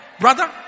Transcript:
brother